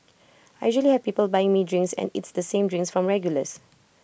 I usually have people buying me drinks and it's the same drinks from regulars